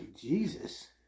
Jesus